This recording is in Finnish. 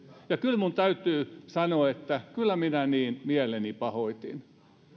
ja kyllä minun täytyy sanoa että kyllä minä niin mieleni pahoitin